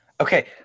Okay